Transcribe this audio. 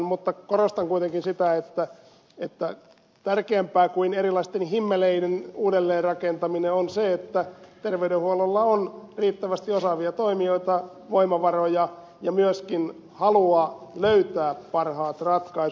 mutta korostan kuitenkin sitä että tärkeämpää kuin erilaisten himmeleiden uudelleen rakentaminen on se että terveydenhuollolla on riittävästi osaavia toimijoita voimavaroja ja myöskin halua löytää parhaat ratkaisut